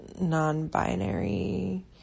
non-binary